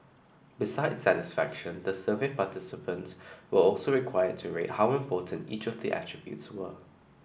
besides satisfaction the survey participants were also required to rate how important each of the attributes were